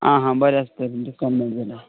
आं हां बरें आसा तर तुमचे कमी जायत जाल्यार